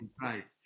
right